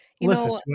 Listen